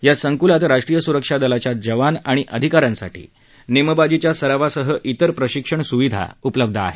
या संकुलात राष्ट्रीय सुरक्षा दलाच्या जवान आणि अधिकाऱ्यांसाठी नेमबाजीच्या सरावासह इतर प्रशिक्षण सुविधा उपलब्ध आहेत